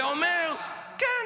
ואומר: כן,